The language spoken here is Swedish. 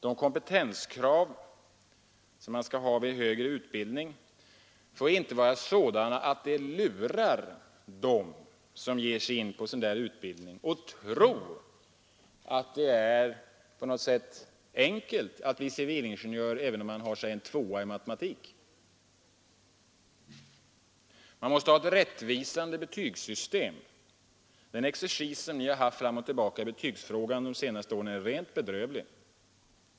De kompetenskrav som ställs vid högre utbildning får inte vara sådana att de lurar dem som ger sig in på utbildningen att tro att det är på något sätt enkelt att bli civilingenjör, om man har låt mig säga en tvåa i matematik. Betygssystemet måste vara rättvisande. Den exercis fram och tillbaka som Ni bedrivit i betygsfrågan de senaste åren är rent bedrövlig.